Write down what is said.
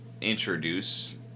introduce